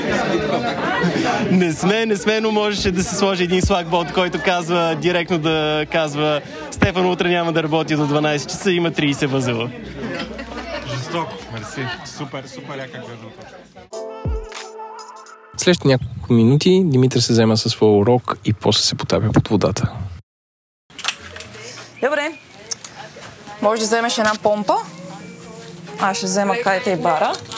Не сме- не сме, но можеше да се сложи един слагбот, който казва директно да- казва, «Стефан, утре няма да работи до 12 часа, има 30 възела». Жестоко. Мерси. Супер, супер яка гледна точка. Следващите няколко минути Димитър се взема със своя урок и после се потапя под водата. Добре. Може да вземеш една помпа. Аз ще взема кайта и бара.